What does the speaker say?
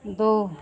दो